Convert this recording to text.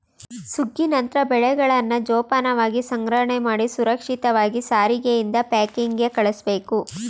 ಸುಗ್ಗಿ ನಂತ್ರ ಬೆಳೆಗಳನ್ನ ಜೋಪಾನವಾಗಿ ಸಂಗ್ರಹಣೆಮಾಡಿ ಸುರಕ್ಷಿತವಾಗಿ ಸಾರಿಗೆಯಿಂದ ಪ್ಯಾಕಿಂಗ್ಗೆ ಕಳುಸ್ಬೇಕು